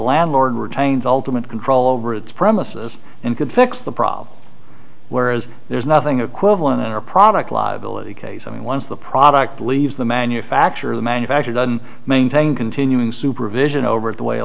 landlord retains ultimate control over its premises and could fix the problem whereas there's nothing equivalent in our product liability case i mean once the product leaves the manufacturer the manufacturer don't maintain continuing supervision over the way a